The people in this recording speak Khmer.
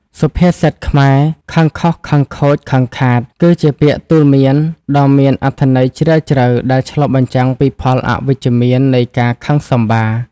សុភាសិតខ្មែរ "ខឹងខុស ខឹងខូច ខឹងខាត" គឺជាពាក្យទូន្មានដ៏មានអត្ថន័យជ្រាលជ្រៅ ដែលឆ្លុះបញ្ចាំងពីផលអវិជ្ជមាននៃការខឹងសម្បារ។